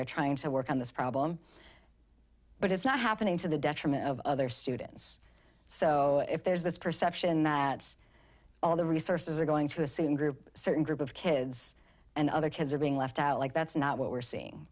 they're trying to work on this problem but it's not happening to the detriment of other students so if there's this perception that all the resources are going to assume group certain group of kids and other kids are being left out like that's not what we're seeing